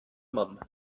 mum